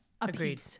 Agreed